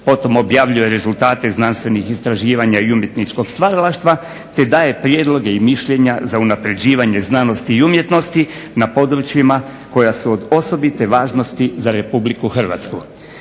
potom objavljuje rezultate znanstvenih istraživanja i umjetničkog stvaralaštva te daje prijedloge i mišljenja za unapređivanje znanosti i umjetnosti na područjima koja su od osobite važnosti za Republiku Hrvatsku.